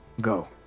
go